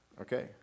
Okay